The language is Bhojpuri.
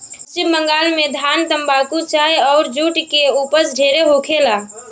पश्चिम बंगाल में धान, तम्बाकू, चाय अउर जुट के ऊपज ढेरे होखेला